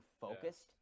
focused